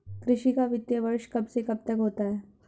कृषि का वित्तीय वर्ष कब से कब तक होता है?